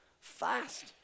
fast